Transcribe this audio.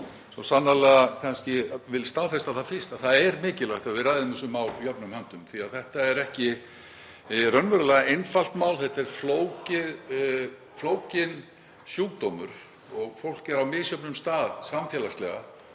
hér á dagskrá. Ég vil staðfesta það fyrst að það er mikilvægt að við ræðum þessi mál jöfnum höndum því að þetta er raunverulega ekki einfalt mál. Þetta er flókinn sjúkdómur og fólk er á misjöfnum stað samfélagslega.